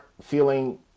feeling